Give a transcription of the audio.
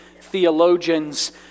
theologians